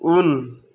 उन